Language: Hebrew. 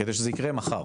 כדי שזה יקרה מחר?